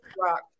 rock